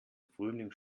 frühling